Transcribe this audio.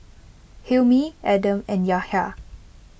Hilmi Adam and Yahya